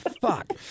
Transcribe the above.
Fuck